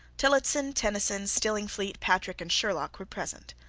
tillotson, tenison, stillingfleet, patrick, and sherlock, were present.